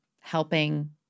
helping